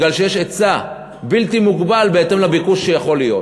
כי יש היצע בלתי מוגבל בהתאם לביקוש שיכול להיות.